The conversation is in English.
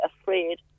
afraid